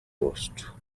post